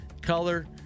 color